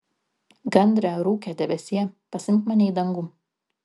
gandre rūke debesie pasiimk mane į dangų